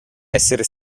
essere